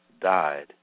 died